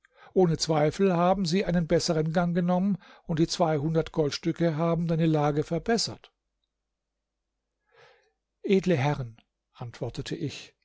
ohne zweifel haben sie einen besseren gang genommen und die zweihundert goldstücke haben deine lage verbessert edle herren antwortete ich